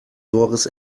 doris